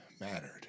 mattered